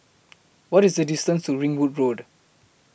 What IS The distance to Ringwood Road